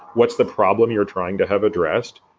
what's the problem you're trying to have addressed?